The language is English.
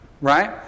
Right